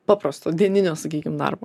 paprasto dieninio sakykim darbo